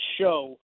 show